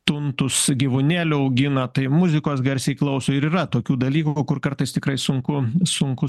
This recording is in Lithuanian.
tuntus gyvūnėlių augina tai muzikos garsiai klauso ir yra tokių dalykų ku kur kartais tikrai sunku sunku